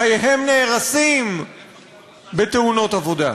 חייהם נהרסים בתאונות עבודה.